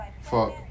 fuck